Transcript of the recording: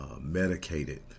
medicated